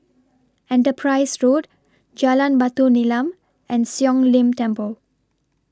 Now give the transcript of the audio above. Enterprise Road Jalan Batu Nilam and Siong Lim Temple